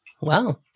Wow